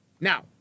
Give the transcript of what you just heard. Now